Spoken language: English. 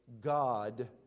God